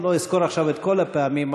לא אסקור עכשיו את כל הפעמים,